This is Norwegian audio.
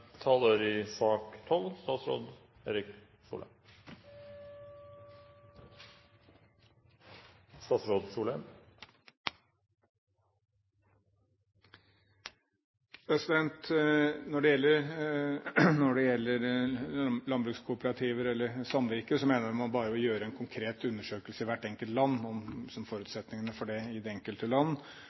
Når det gjelder landbrukskooperativer, eller samvirker, mener jeg man bare må gjøre en konkret undersøkelse om forutsetningene for det i det enkelte land. Og når det gjelder ønsket om en mer landbruksrettet bistand, så er det et av forslagene som vi legger fram i